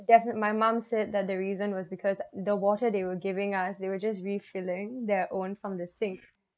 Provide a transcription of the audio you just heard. definitely my mom said that the reason was because the water they were giving out they were just refilling their own from the sink